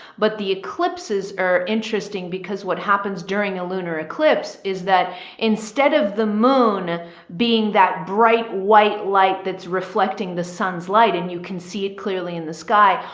but the eclipses are interesting because what happens during a lunar eclipse is that instead of the moon being that bright white light, that's reflecting the sun's light and you can see it clearly in the sky.